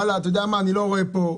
אני לא רואה פה,